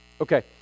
Okay